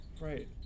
Right